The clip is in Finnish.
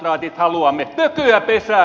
pökyä pesään nyt